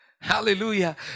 Hallelujah